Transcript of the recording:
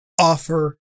offer